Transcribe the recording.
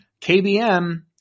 KBM